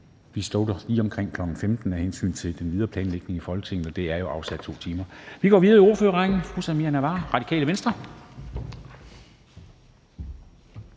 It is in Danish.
Vi slukker lige omkring kl. 15.00 af hensyn til den videre planlægning i Folketinget, og der er jo afsat 2 timer. Vi går videre i ordførerrækken til fru Samira Nawa, Radikale Venstre.